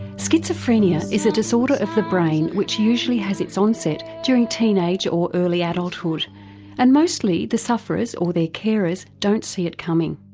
schizophrenia is a disorder of the brain which usually has its onset during teenage or early adulthood and mostly the sufferers, or their carers, don't see it coming.